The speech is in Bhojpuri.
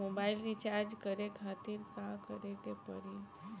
मोबाइल रीचार्ज करे खातिर का करे के पड़ी?